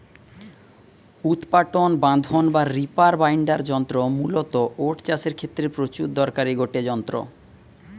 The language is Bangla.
উৎপাটন বাঁধন বা রিপার বাইন্ডার যন্ত্র মূলতঃ ওট চাষের ক্ষেত্রে প্রচুর দরকারি গটে যন্ত্র